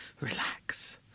relax